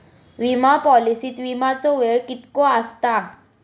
विमा पॉलिसीत विमाचो वेळ कीतको आसता?